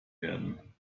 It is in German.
werden